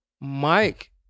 Mike